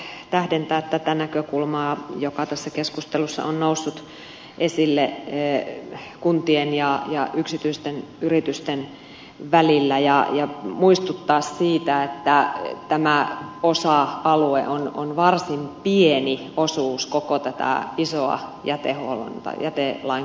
haluaisin vielä tähdentää tätä näkökulmaa joka tässä keskustelussa on noussut esille kuntien ja yksityisten yritysten välillä ja muistuttaa siitä että tämä osa alue on varsin pieni osa koko tätä isoa jätelain kokonaisuudistusta